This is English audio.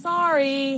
Sorry